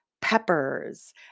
peppers